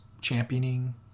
championing